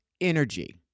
energy